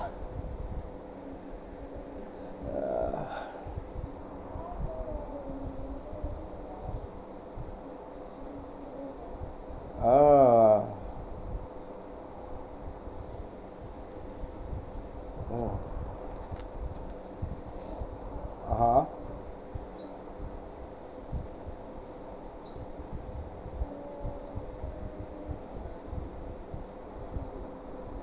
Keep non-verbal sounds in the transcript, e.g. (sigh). (noise) (noise) mm (uh huh)